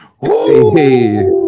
Hey